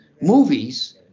movies